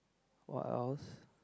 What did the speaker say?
what else